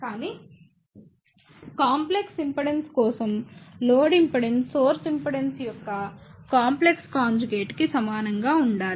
కానీ complex impedance కోసం load impedance source impedance యొక్క కాంప్లెక్స్ కాంజుగేట్ కి సమానంగా ఉండాలి